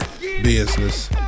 business